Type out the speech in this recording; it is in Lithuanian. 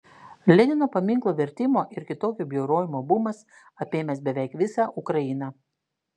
lenino paminklų vertimo ir kitokio bjaurojimo bumas apėmęs beveik visą ukrainą